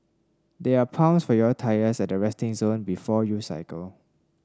there are pumps for your tyres at the resting zone before you cycle